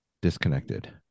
disconnected